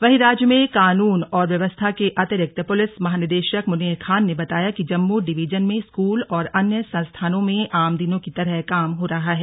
वहीं राज्य में कानून और व्यवस्था के अतिरिक्त पुलिस महानिदेशक मुनीर खान ने बताया कि जम्मू डिवीजन में स्कूल और अन्य संस्थानों में आम दिनों की तरह काम हो रहा है